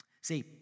See